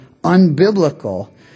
unbiblical